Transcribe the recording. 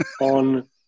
on